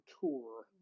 tour